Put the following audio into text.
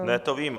Ne, to vím.